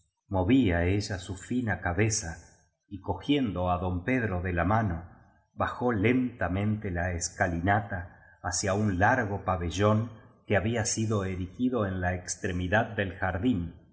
movía ella su fina cabeza y cogiendo á don pedro de la mano bajó lentamente la escalinata hacia un largo pabellón que había sido erigido en la extremidad del jardín